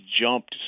jumped